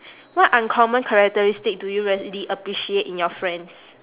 what uncommon characteristic do you really appreciate in your friends